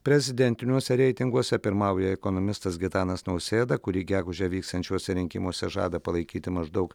prezidentiniuose reitinguose pirmauja ekonomistas gitanas nausėda kurį gegužę vyksiančiuose rinkimuose žada palaikyti maždaug